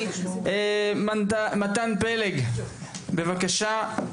מתן פלג, בבקשה, זכותך.